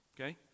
okay